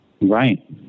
Right